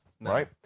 right